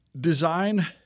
design